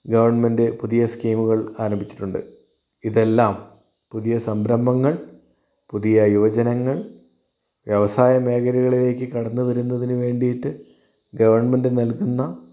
government പുതിയ സ്കീമുകൾ ആരംഭിച്ചിട്ടുണ്ട് ഇതെല്ലാം പുതിയ സംരംഭങ്ങൾ പുതിയ യുവജനങ്ങൾ വ്യവസായ മേഖലകളിലേയ്ക്ക് കടന്നുവരുന്നതിനു വേണ്ടിയിട്ട് ഗവൺമെന്റ് നൽകുന്ന